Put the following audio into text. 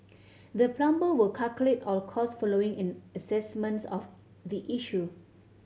the plumber will calculate all costs following an assessments of the issue